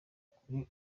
kuri